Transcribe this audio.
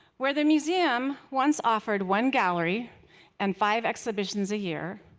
where the museum once offered one gallery and five exhibitions a year,